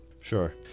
Sure